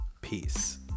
Peace